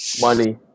Money